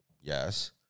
yes